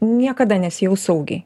niekada nesijaus saugiai